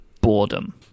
boredom